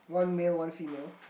one male one female